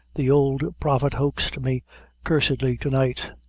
the old prophet hoaxed me cursedly to-night.